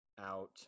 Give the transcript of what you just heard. out